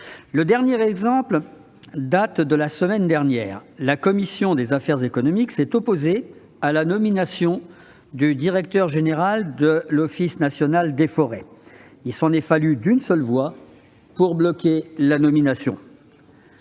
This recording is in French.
Le dernier exemple date de la semaine dernière. La commission des affaires économiques du Sénat s'est opposée à la nomination du directeur général de l'Office national des forêts. Il s'en est fallu d'une seule voix pour bloquer la nomination